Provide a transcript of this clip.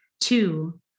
Two